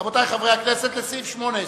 סעיף 18,